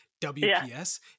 WPS